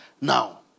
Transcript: now